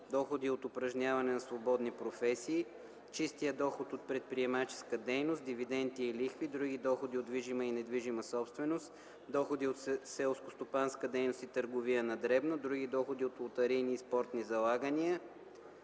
доходи от упражняване на свободни професии, чистият доход от предприемаческа дейност, дивиденти и лихви, други доходи от движима и недвижима собственост, доходи от селскостопанска дейност и търговия на дребно, други доходи от лотарийни и спортни залагания,